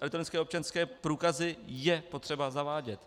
Elektronické občanské průkazy je potřeba zavádět.